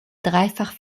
dreifach